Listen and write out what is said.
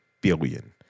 billion